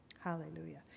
Hallelujah